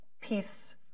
peace